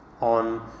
on